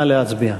נא להצביע.